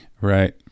Right